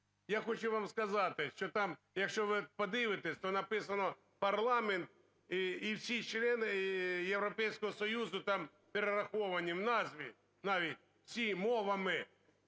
Я хочу вам сказати, що там, якщо ви подивитесь, то написано: парламент, і всі члени Європейського Союзу там перераховані, в назві навіть ці, мовами.